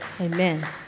Amen